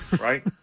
Right